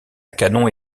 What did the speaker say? canon